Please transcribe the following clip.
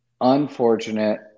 unfortunate